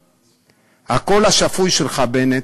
הקול השפוי שלך, בנט,